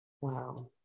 Wow